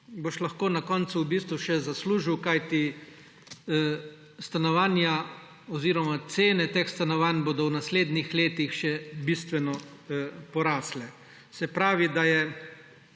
boš lahko na koncu v bistvu še zaslužil, kajti stanovanja oziroma cene teh stanovanj bodo v naslednjih letih še bistveno porasle. Se pravi, da je